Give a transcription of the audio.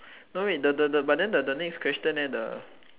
no wait the the the but then the the next question the